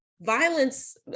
violence